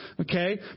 Okay